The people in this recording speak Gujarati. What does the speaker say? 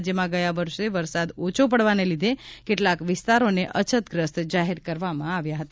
રાજ્યમાં ગયા વર્ષે વરસાદ ઓછો પડવાને લીધે કેટલાક વિસ્તારોને અછતગ્રસ્ત જાહેર કરવામાં આવ્યા હતા